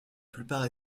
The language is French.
plupart